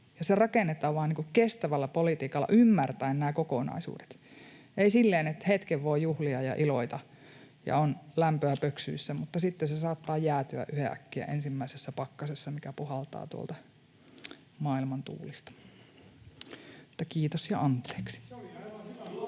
se rakennetaan vaan kestävällä politiikalla ymmärtäen nämä kokonaisuudet, ei silleen, että hetken voi juhlia ja iloita ja on lämpöä pöksyissä, mutta sitten se saattaa jäätyä yhenäkkiä ensimmäisessä pakkasessa, mikä puhaltaa tuolta maailman tuulista. — Että kiitos ja anteeksi.